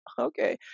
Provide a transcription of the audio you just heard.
okay